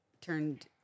turned